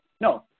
No